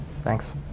Thanks